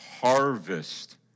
harvest